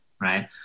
right